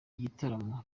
gitaramo